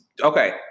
okay